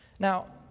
now,